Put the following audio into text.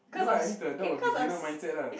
ya lah I need to adopt a beginner mindset lah